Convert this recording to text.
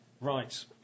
Right